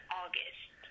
august